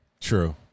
True